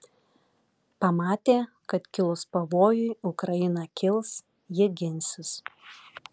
pamatė kad kilus pavojui ukraina kils ji ginsis